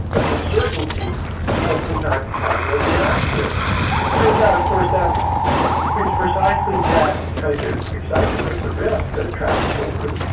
but the certainty that from time to time there'll be an accident. it turns out of course that it's precisely that kind of excitement of the risk that attracts children.